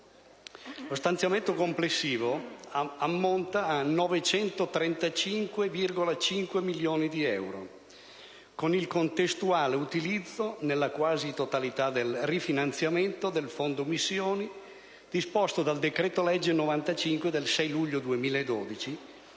Lo stanziamento complessivo ammonta a 935,5 milioni di euro, con il contestuale utilizzo nella quasi totalità del rifinanziamento del fondo missioni disposto dal decreto-legge n. 95 del 6 luglio 2012,